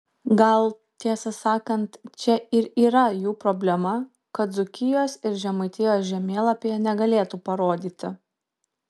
gal tiesą sakant čia ir yra jų problema kad dzūkijos ir žemaitijos žemėlapyje negalėtų parodyti